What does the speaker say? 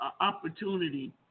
opportunity